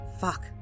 Fuck